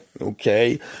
Okay